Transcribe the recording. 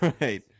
right